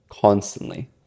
constantly